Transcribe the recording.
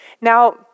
Now